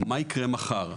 מה יקרה מחר?